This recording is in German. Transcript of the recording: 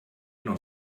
noch